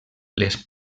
les